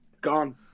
gone